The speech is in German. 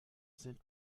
sind